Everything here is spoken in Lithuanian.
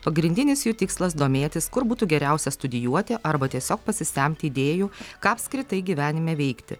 pagrindinis jų tikslas domėtis kur būtų geriausia studijuoti arba tiesiog pasisemti idėjų ką apskritai gyvenime veikti